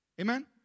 Amen